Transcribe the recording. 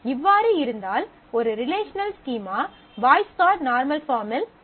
இவ்வாறு இருந்தால் ஒரு relational schema Boyce Codd normal பார்ம்மில் இருக்கும்